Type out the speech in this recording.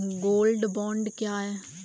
Gold bond क्या है?